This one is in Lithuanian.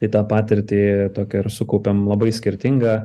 tai tą patirtį tokią ir sukaupiam labai skirtingą